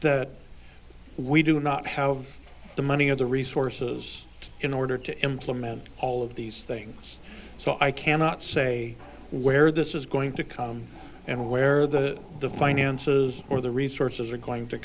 that we do not have the money of the resources in order to implement all of these things so i cannot say where this is going to come and where the the finances or the resources are